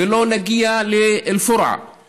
ולא נגיע לאל-פורעה,